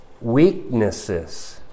weaknesses